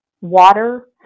water